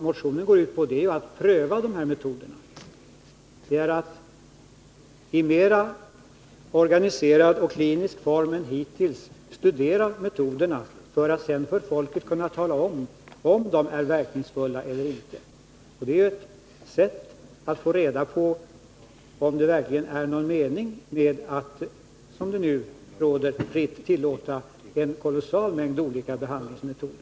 Motionen går ut på att dessa metoder skall prövas och att man kliniskt och i mer organiserade former än hittills skall studera metoderna för att sedan för folket tala om huruvida de är verkningsfulla eller inte. Det är ett sätt att få reda på om det verkligen är någon mening med att, som nu är fallet, tillåta användning av en kolossal mängd olika behandlingsmetoder.